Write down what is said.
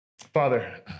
Father